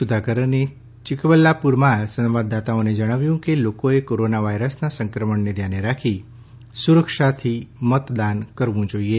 સુધાકરે ચિકબલ્લાપુરામાં સંવાદદાતાઓને જણાવ્યું કે લોકોએ કોરોના વાયરસના સંક્રમણને ધ્યાને રાખી સુરક્ષાની રીતે મતદાન કરવું જોઇએ